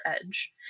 edge